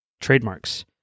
trademarks